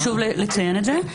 חשוב לציין את זה.